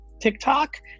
TikTok